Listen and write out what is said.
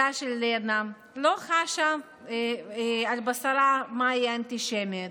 בתה של לנה, לא חשה על בשרה מהי אנטישמיות,